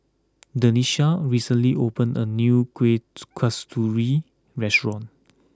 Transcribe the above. Denisha recently opened a new Kuih Zee Kasturi restaurant